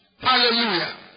Hallelujah